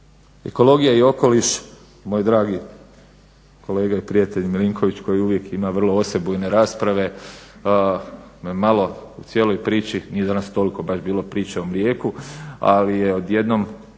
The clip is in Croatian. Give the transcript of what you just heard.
Ekologija i okoliš, moj dragi kolega i prijatelj Milinković koji uvijek ima vrlo osebujne rasprave me malo u cijeloj priči nije danas toliko baš bilo priče o mlijeku, ali je s jedne